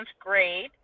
grade